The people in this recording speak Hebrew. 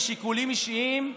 משיקולים אישיים,